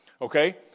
Okay